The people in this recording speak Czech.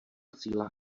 síla